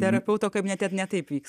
terapeuto kabinete ne taip vyks